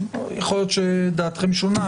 וכאן,